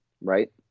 right